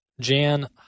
Jan